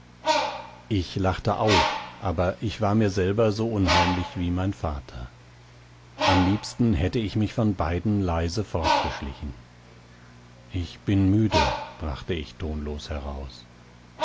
ich lachte auch aber ich war mir selber so unheimlich wie mein vater am liebsten hätte ich mich von beiden leise fortgeschlichen ich bin müde brachte ich tonlos heraus